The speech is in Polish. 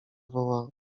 woła